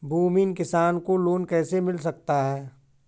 भूमिहीन किसान को लोन कैसे मिल सकता है?